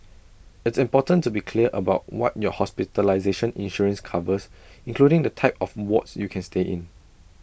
it's important to be clear about what your hospitalization insurance covers including the type of wards you can stay in